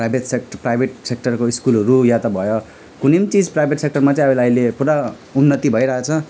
private sect private सेक्टरको स्कुलहरू वा त भयो कुनै चिज प्राइभेट सेक्टरमा चाहिँ अब यसलाई अहिले पुरा उन्नति भइरहेको छ